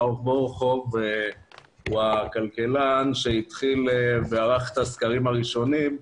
ברוך בורוכוב הוא הכלכלן שהתחיל וערך את הסקרים הראשונים.